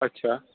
ਅੱਛਾ